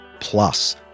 plus